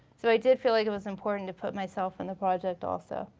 so i did feel like it was important to put myself in the project also.